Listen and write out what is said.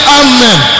amen